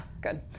good